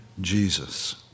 Jesus